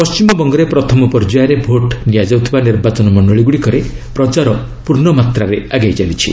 ପଶ୍ଚିମବଙ୍ଗରେ ପ୍ରଥମ ପର୍ଯ୍ୟାୟରେ ଭୋଟ୍ ନିଆଯାଉଥିବା ନିର୍ବାଚନ ମଣ୍ଡଳୀ ଗୁଡ଼ିକରେ ପ୍ରଚାର ପୂର୍ଣ୍ଣମାତ୍ରାରେ ଆଗେଇ ଚାଲିଛି